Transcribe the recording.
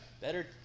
Better